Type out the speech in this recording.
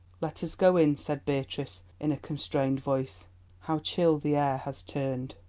let us go in, said beatrice, in a constrained voice how chill the air has turned.